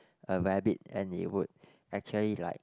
a rabbit and it would actually like